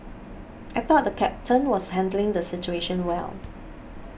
I thought the captain was handling the situation well